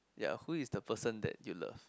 ya who is the person that you love